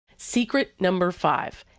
secret number five.